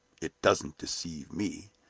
it doesn't deceive me.